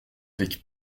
avec